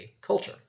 culture